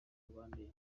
rwandair